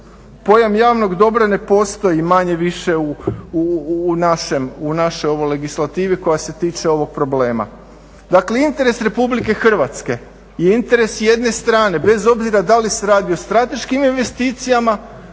Pojam javnog dobra ne postoji manje-više u našoj ovoj legislativi koja se tiče ovog problema. Dakle, interes RH je interes jedne strane bez obzira da li se radi o strateškim investicijama,